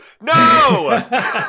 No